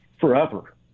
forever